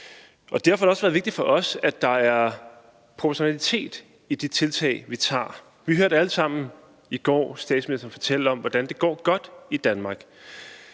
Derfor har det også været vigtigt for os, at der er proportionalitet i de tiltag, vi tager. Vi hørte alle sammen i går statsministeren fortælle om, at det går godt i Danmark.